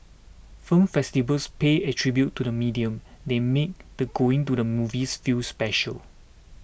film festivals pay a tribute to the medium they make the going to the movies feel special